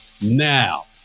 now